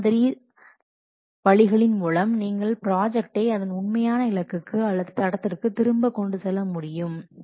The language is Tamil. இந்த மாதிரி வழிகளின் மூலம் நீங்க ப்ராஜக்டை அதன் உண்மையான இலக்கு அல்லது அதன் தடத்திற்கு திரும்ப கொண்டு செல்ல முடியும்